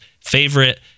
favorite